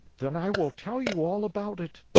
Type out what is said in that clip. then i will tell you all about it,